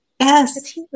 Yes